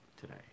today